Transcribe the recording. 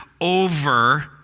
over